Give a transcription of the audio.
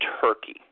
Turkey